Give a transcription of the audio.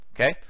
Okay